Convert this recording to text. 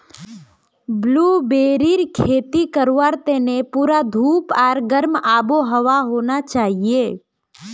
ब्लूबेरीर खेती करवार तने पूरा धूप आर गर्म आबोहवा होना चाहिए